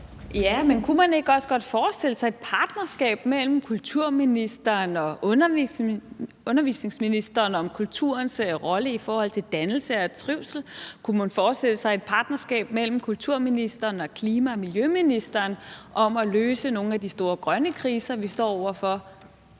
Ja, men kunne man ikke også godt forestille sig et partnerskab mellem kulturministeren og undervisningsministeren om kulturens rolle i forhold til dannelse og trivsel? Kunne man forestille sig et partnerskab mellem kulturministeren og klimaministeren og miljøministeren om at løse nogle af de store grønne kriser, vi står over for?